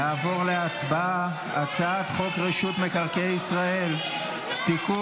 נעבור להצבעה על הצעת חוק רשות מקרקעי ישראל (תיקון,